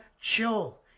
chill